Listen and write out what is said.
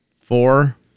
Four